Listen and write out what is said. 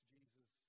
Jesus